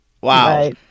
Wow